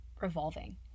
revolving